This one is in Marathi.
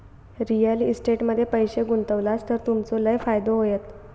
रिअल इस्टेट मध्ये पैशे गुंतवलास तर तुमचो लय फायदो होयत